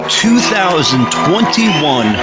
2021